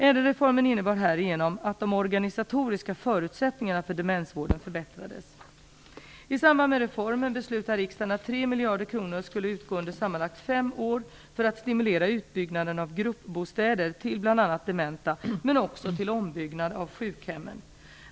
ÄDEL reformen innebar härigenom att de organisatoriska förutsättningarna för demensvården förbättrades. miljarder kronor skulle utgå under sammanlagt fem år för att stimulera utbyggnaden av gruppbostäder till bl.a. dementa, men också till ombyggnad av sjukhem.